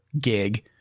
gig